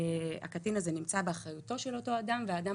הקטין הזה נמצא באחריותו של אותו אדם והאדם